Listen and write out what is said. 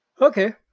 Okay